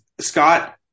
Scott